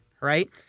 right